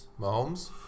Mahomes